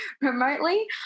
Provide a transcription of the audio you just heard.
remotely